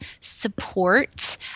support